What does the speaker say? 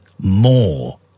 more